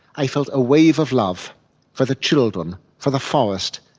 i felt a wave of love for the children, for the forest,